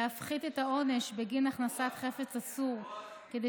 להפחית את העונש בגין הכנסת חפץ אסור כדי